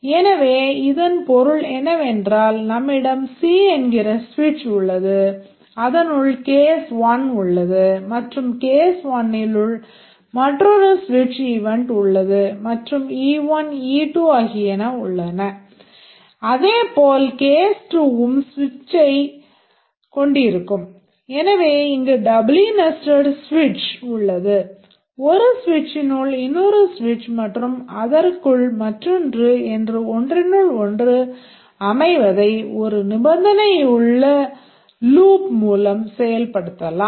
எனவே இதன் பொருள் என்னவென்றால் நம்மிடம் C என்கிற சுவிட்ச் மூலம் செயல்படுத்தலாம்